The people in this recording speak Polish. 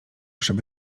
żeby